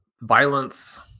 Violence